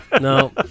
no